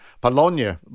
Bologna